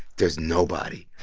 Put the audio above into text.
there's nobody,